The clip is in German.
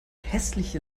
hässliche